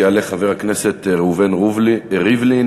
יעלה חבר הכנסת ראובן ריבלין,